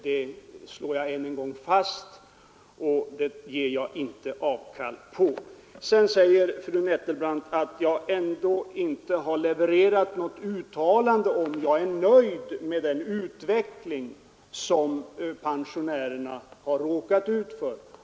Det slår jag än en gång fast och det ger jag inte avkall på. Sedan säger fru Nettelbrandt att jag ändå inte levererat något uttalande om huruvida jag är nöjd med den utveckling som ägt rum beträffande pensionärernas villkor.